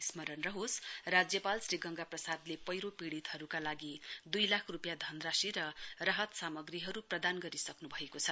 स्मरण रहोस् राज्यपाल श्री गंगा प्रसादले पैह्रो पीडितहरुका लागि दुइ लाख रुपियाँ धनराशि र राहत सामग्रीहरु प्रदान गरिसक्रु भएको छ